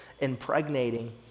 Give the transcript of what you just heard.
impregnating